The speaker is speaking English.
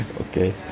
Okay